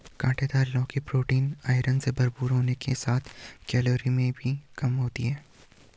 काँटेदार लौकी protein, iron से भरपूर होने के साथ कैलोरी में भी कम होती है